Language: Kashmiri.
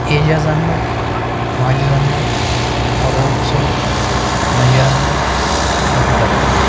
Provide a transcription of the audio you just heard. اعجاز احمد ماجد احمد رعوٗف صوب نزیر احمد محمد عباس